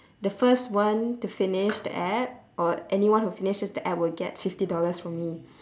the first one to finish the app or anyone who finishes the app will get fifty dollars from me